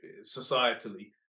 societally